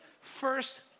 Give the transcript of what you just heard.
first